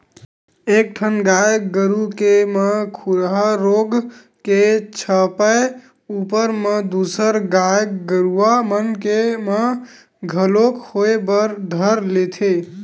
एक ठन गाय गरु के म खुरहा रोग के छपाय ऊपर म दूसर गाय गरुवा मन के म घलोक होय बर धर लेथे